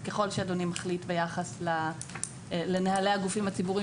ככל שאדוני מחליט ביחס לנהלי הגופים הציבוריים